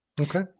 Okay